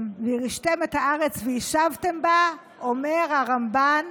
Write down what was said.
וירשתם את הארץ וישבתם בה, אומר הרמב"ן